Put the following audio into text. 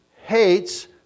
hates